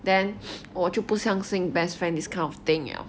then 我就不相信 best friend this kind of thing 了